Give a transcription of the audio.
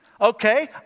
Okay